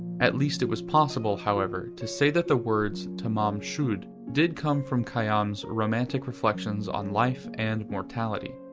at least it was possible, however, to say that the words tamam shud did come from khayyam's romantic reflections on life and mortality.